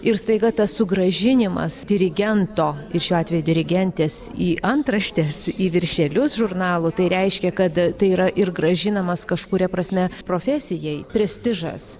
ir staiga tas sugrąžinimas dirigento ir šiuo atveju dirigentės į antraštes į viršelius žurnalų tai reiškia kad tai yra ir grąžinamas kažkuria prasme profesijai prestižas